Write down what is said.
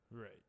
Right